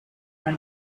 and